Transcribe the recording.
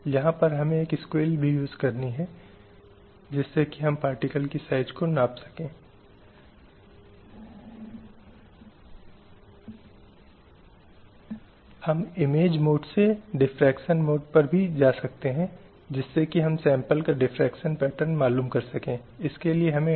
तो ये यूडीएचआर के कुछ प्रमुख अनुच्छेद हैं जो बुनियादी पहलुओं को सुनिश्चित करते हैं जो समाज में रहने के लिए महत्वपूर्ण हैं गरिमा और सम्मान के साथ समाज में रहने के लिए